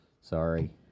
Sorry